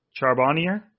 Charbonnier